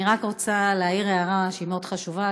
אני רק רוצה להעיר הערה שהיא מאוד חשובה,